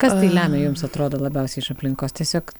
kas tai lemia jums atrodo labiausiai iš aplinkos tiesiog